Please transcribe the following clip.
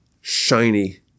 shiny